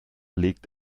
legt